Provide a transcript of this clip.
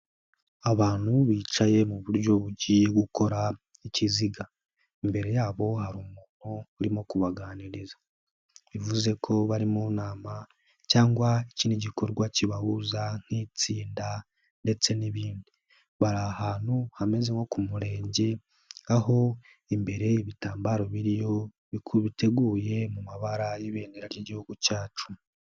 Abantu bicaye mu buryo bugiye gukora ikiziga. Imbere yabo hari umuntu urimo kubaganiriza. Bivuze ko bari mu nama cyangwa ikindi gikorwa kibahuza nk'itsinda ndetse n'ibindi. Bari ahantu hameze nko ku murenge, aho imbere ibitambaro biriyo biteguye mu mabara y'ibendera ry'igihugu cyacu.